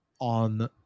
on